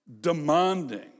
demanding